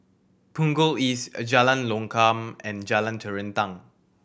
Punggol East Jalan Lokam and Jalan Terentang